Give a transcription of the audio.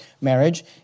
marriage